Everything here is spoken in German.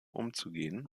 umzugehen